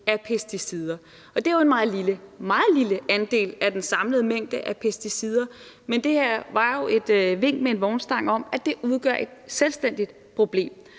af pesticider. Det er en meget lille andel af den samlede mængde af pesticider, men det her var jo et vink med en vognstang om, at det udgør et selvstændigt problem.